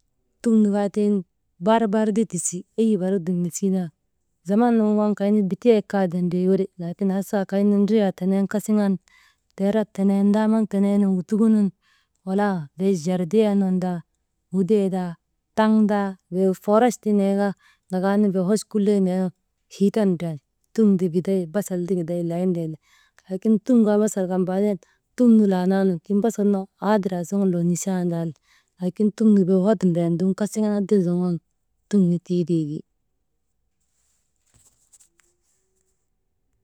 Tum nu kaa tiŋ bar bar ti tisi, eyi barik dum nisii tan, zaman nun waŋ kaynu biteehek kati ndrii windri, laakin wasa kaynu ndriyaa tenen kasiŋan teerap tenee ndaamaŋ teneenuŋgu tukunun walaa waŋ bee zardien nun taa, ŋudee taa, bee taŋ taa, bee foorache ti nee kaa, gagaanu bee hoch kulley nen hiitan ndriyan tum ti giday basal ti giday layin teeti, laakin tum kaa, basal kan tiŋ tum nu laanaanu, tiŋ basal na haadir aasuŋun loo nisandaati, lakin tumnu bee hot ndriyan kasiŋan adil zoŋoonu tum nu tiitee ti.